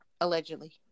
allegedly